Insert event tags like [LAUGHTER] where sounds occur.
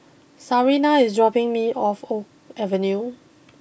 Sarina is dropping me off O Avenue [NOISE]